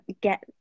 get